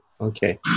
Okay